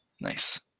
nice